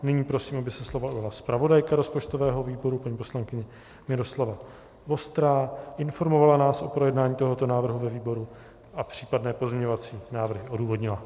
Nyní prosím, aby se slova ujala zpravodajka rozpočtového výboru paní poslankyně Miloslava Vostrá, informovala nás o projednání tohoto návrhu ve výboru a případné pozměňovací návrhy odůvodnila.